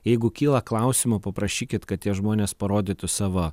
jeigu kyla klausimų paprašykit kad tie žmonės parodytų savo